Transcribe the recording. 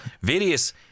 various